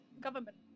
government